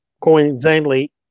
coincidentally